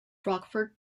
rockford